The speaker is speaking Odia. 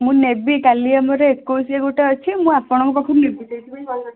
ମୁଁ ନେବି କାଲି ଆମର ଏକୋଇଶିଆ ଗୋଟେ ଅଛି ମୁଁ ଆପଣଙ୍କ ପାଖରୁ ନେବି ସେଇଥିପାଇଁ କଲ୍ କରିଥିଲି